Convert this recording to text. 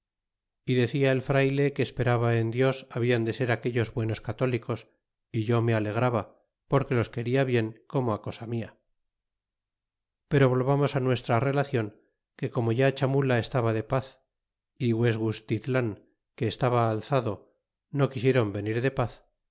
é decia el frayle que esperaba en dios habian de ser aquellos buenos católicos é yo me alegraba porque los quena bien como cosa mia pero volvamos nuestra rea clon que como ya chamula estaba de paz guegustitlan que estaba alzado no quisieron venir de paz